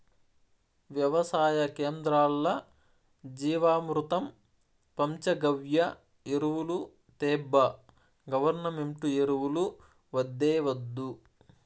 వెవసాయ కేంద్రాల్ల జీవామృతం పంచగవ్య ఎరువులు తేబ్బా గవర్నమెంటు ఎరువులు వద్దే వద్దు